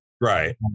Right